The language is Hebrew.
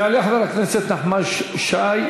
יעלה חבר הכנסת נחמן שי,